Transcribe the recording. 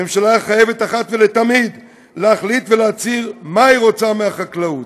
הממשלה חייבת אחת ולתמיד להחליט ולהצהיר מה היא רוצה מהחקלאות.